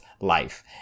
life